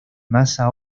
masa